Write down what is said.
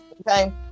okay